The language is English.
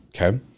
Okay